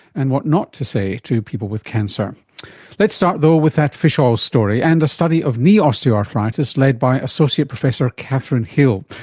and what not to say to people with cancer. but let's start though with that fish oil story and a study of knee osteoarthritis led by associate professor catherine hill,